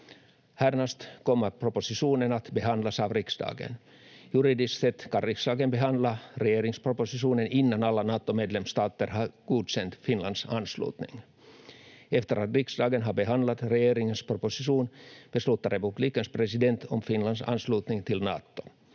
Härnäst kommer propositionen att behandlas av riksdagen. Juridiskt sätt kan riksdagen behandla regeringspropositionen innan alla Natomedlemsstater har godkänt Finlands anslutning. Efter att riksdagen har behandlat regeringens proposition beslutar republikens president om Finlands anslutning till Nato.